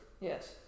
Yes